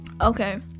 Okay